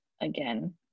again